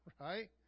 Right